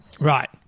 Right